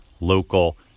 local